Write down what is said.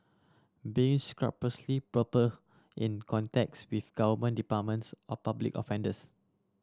be scrupulously proper in contacts with government departments or public offenders